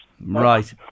Right